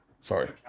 sorry